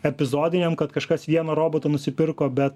epizodiniam kad kažkas vieną robotą nusipirko bet